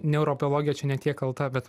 neurobiologija čia ne tiek kalta bet